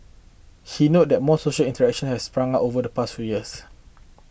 he note that more social initiation has sprung up over the past few years